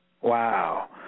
wow